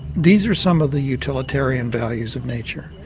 these are some of the utilitarian values of nature,